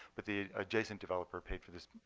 but the adjacent developer paid for this